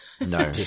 no